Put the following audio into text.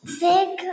big